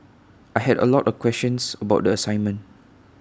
I had A lot of questions about the assignment